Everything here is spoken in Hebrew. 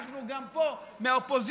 אנחנו גם פה מהאופוזיציה,